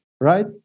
right